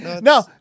No